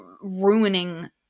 ruining